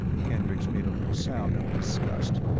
kendricks made a little sound of disgust.